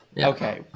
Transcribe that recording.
Okay